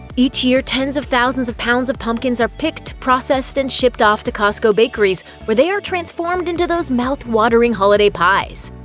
each year, tens of thousands of pounds of pumpkins are picked, processed, and shipped off to costco bakeries, where they are transformed into those mouth-watering holiday pies.